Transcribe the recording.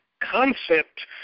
concept